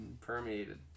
Permeated